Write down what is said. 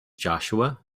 joshua